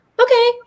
Okay